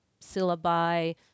syllabi